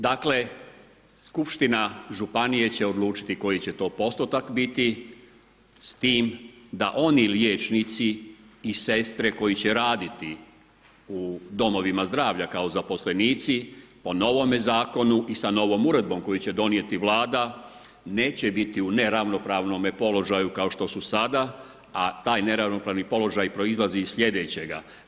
Dakle skupština županije će odlučiti koji će to postotak biti s time da oni liječnici i sestre koji će raditi u domovima zdravlja kao zaposlenici po novome zakonu i sa novom uredbom koju će donijeti Vlada neće biti u neravnopravnome položaju kao što su sada a taj neravnopravni položaj proizlazi iz sljedećega.